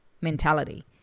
mentality